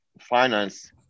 finance